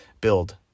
build